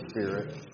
Spirit